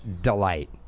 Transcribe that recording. delight